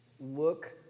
look